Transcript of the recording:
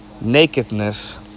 nakedness